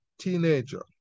teenager